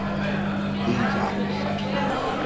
these are his substance,